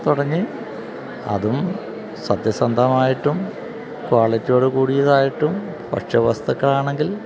തുടങ്ങി അതും സത്യസന്ധമായിട്ടും ക്വാളിറ്റിയോട് കൂടിയതായിട്ടും ഭക്ഷ്യവസ്തുക്കളാണെങ്കിൽ